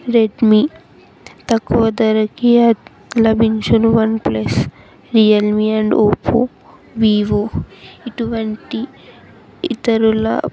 Redmi తక్కువ ధరకు లభించును OnePlus Realme and Oppo Vivo ఇటువంటి ఇతరుల